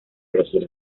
elegir